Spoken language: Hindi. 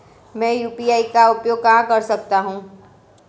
मैं यू.पी.आई का उपयोग कहां कर सकता हूं?